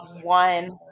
one